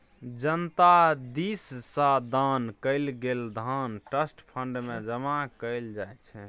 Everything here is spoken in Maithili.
जनता दिस सँ दान कएल गेल धन ट्रस्ट फंड मे जमा कएल जाइ छै